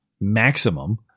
maximum